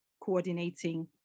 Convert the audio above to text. coordinating